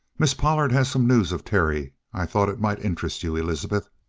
miss pollard has some news of terry. i thought it might interest you, elizabeth.